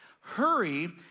Hurry